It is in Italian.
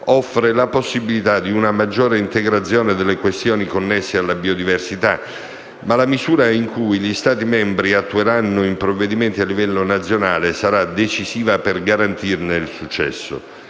offre la possibilità di una maggiore integrazione delle questioni connesse alla biodiversità, ma la misura in cui gli Stati membri attueranno i provvedimenti a livello nazionale sarà decisiva per garantirne il successo.